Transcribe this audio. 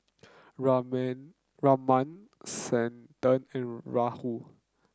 Raman Santha and Rahul